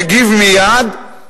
מגיב מייד,